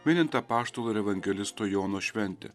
minint apaštalo ir evangelisto jono šventę